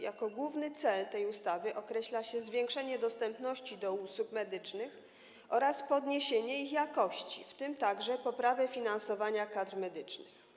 Jako główny cel tej ustawy przyjmuje się zwiększenie dostępności usług medycznych oraz poprawę ich jakości, w tym także poprawę finansowania kadr medycznych.